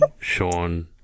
Sean